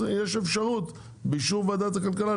אז יש אפשרות לעוד שנתיים באישור ועדת הכלכלה.